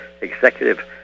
executive